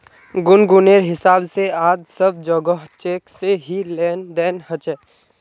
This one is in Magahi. गुनगुनेर हिसाब से आज सब जोगोह चेक से ही लेन देन ह छे